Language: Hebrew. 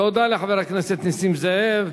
תודה לחבר הכנסת נסים זאב.